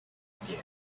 again